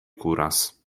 kuras